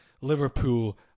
Liverpool